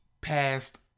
past